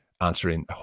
answering